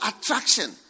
attraction